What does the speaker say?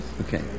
Okay